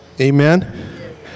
Amen